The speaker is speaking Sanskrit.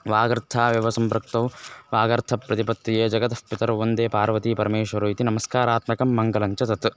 वागर्थाविव सम्पृक्तौ वागर्थप्रतिपत्तये जगतः पितरौ वन्दे पार्वतीपरमेश्वरौ इति नमस्कारात्मकं मङ्गलं च तत्